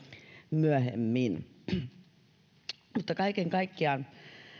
myöhemmin kaiken kaikkiaan